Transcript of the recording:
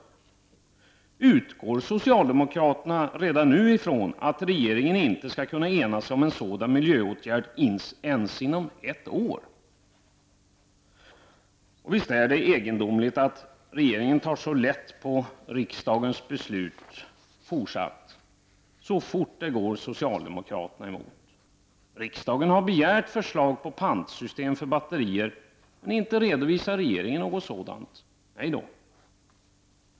Utgår socialdemokraterna redan nu från att regeringen inte skall kunna ena sig om en sådan miljöåtgärd ens inom ett år? Visst är det egendomligt att regeringen tar så lätt på riksdagens beslut så fort de går socialdemokraterna emot. Riksdagen har begärt förslag till pantsystem för batterier, men inte redovisar regeringen något sådant. Nej då!